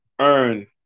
earn